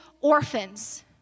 orphans